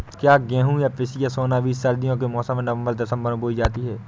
क्या गेहूँ या पिसिया सोना बीज सर्दियों के मौसम में नवम्बर दिसम्बर में बोई जाती है?